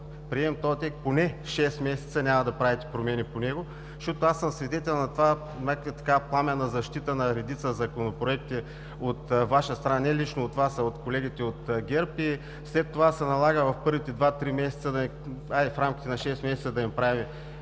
приемем този текст, поне шест месеца няма да правите промени по него? Свидетел съм на такава пламенна защита на редица законопроекти от Ваша страна, не лично от Вас, а от колегите от ГЕРБ, и след това се налага в първите два, три месеца, хайде в рамките на шест месеца да им правим